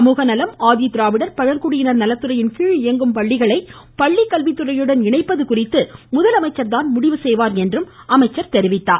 சமூகநலம் ஆதிதிராவிடர் பழங்குடியினர் நலத்துறையின் கீழ் இயங்கும் பள்ளிகளை பள்ளிக்கல்வித்துறையுடன் இணைப்பது குறித்து முதலமைச்சர் தான் முடிவு செய்வார் என்றும் அவர் குறிப்பிட்டார்